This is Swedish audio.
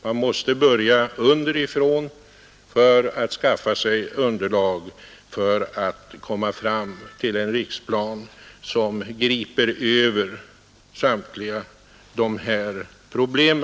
Man måste börja underifrån för att skaffa sig underlag för att komma fram till en riksplan som griper över samtliga dessa problem.